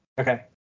Okay